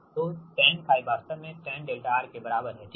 तो tan 𝜑 वास्तव में tan𝛿R के बराबर हैठीक